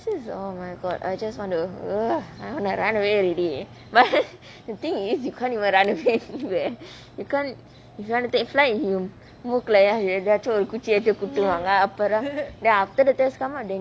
it says oh my god I just want to ugh I want to run away already but the thing is you can't even run anywhere you can't if you wanna take flight முக்குல ஏதாச்சும் ஒரு குச்சி எடுத்து குத்துவங்க அப்புறம்:mukkulae yaethachum oru kuchi eaduthu kuthuvanga apuram then after the test comes out then